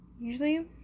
Usually